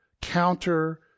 counter